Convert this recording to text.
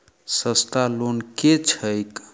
सस्ता लोन केँ छैक